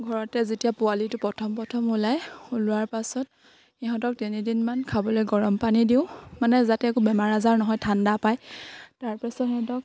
ঘৰতে যেতিয়া পোৱালিটো প্ৰথম প্ৰথম ওলায় ওলোৱাৰ পাছত সিহঁতক তিনিদিনমান খাবলৈ গৰম পানী দিওঁ মানে যাতে একো বেমাৰ আজাৰ নহয় ঠাণ্ডা পায় তাৰপাছত সিহঁতক